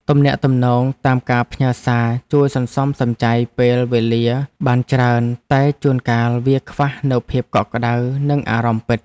ទំនាក់ទំនងតាមការផ្ញើសារជួយសន្សំសំចៃពេលវេលាបានច្រើនតែជួនកាលវាខ្វះនូវភាពកក់ក្តៅនិងអារម្មណ៍ពិត។